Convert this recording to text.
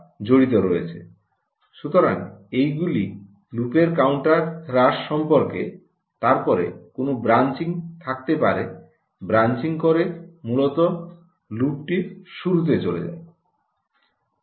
সুতরাং এগুলি লুপের কাউন্টার হ্রাস সম্পর্কে তারপরে কোনও ব্রাঞ্চিং থাকতে পারে ব্রাঞ্চিং করে মূলত লুপটির শুরুতে চলে যায়